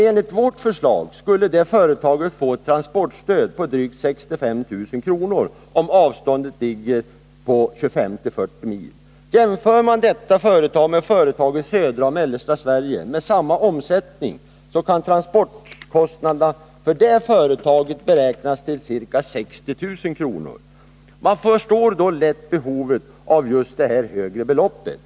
Enligt vårt förslag skulle det företaget få ett transportstöd på drygt 65 000 kr., om transportsträckan är 25-40 mil. Jämför man detta företag med ett företag i södra eller mellersta Sverige som har lika stor omsättning, finner man att transportkostnaderna för detta senare företag kan beräknas till ca 60 000 kr. Man förstår då lätt att det högre stödbeloppet behövs för Jämtlandsföretaget.